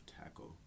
tackle